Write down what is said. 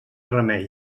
remei